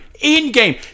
in-game